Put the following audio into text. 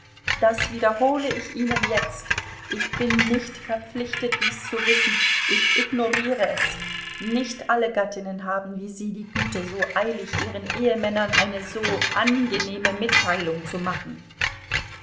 das wiederhole ich ihnen jetzt ich bin nicht verpflichtet dies zu wissen ich ignoriere es nicht alle gattinnen haben wie sie die güte so eilig ihren ehemännern eine so angenehme mitteilung zu machen